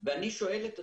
אני שואל את עצמי,